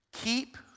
Keep